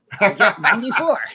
94